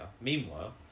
Meanwhile